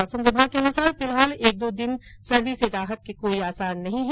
मौसम विभाग के अनुसार फिलहाल एक दो दिन सर्दी से राहत के कोई आसार नहीं है